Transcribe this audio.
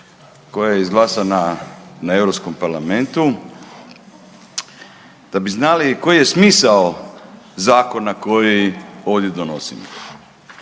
koja je izglasana na EU parlamentu, da bi znali koji je smisao zakona koji ovdje donosimo.